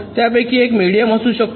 त्यापैकी एक मेडीयम असू शकतो